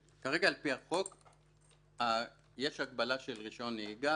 כרגע על פי החוק יש הגבלה של רישיון נהיגה,